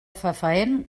fefaent